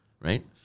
right